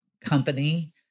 company